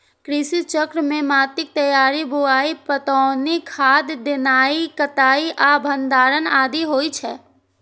कृषि चक्र मे माटिक तैयारी, बुआई, पटौनी, खाद देनाय, कटाइ आ भंडारण आदि होइ छै